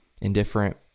indifferent